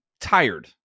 tired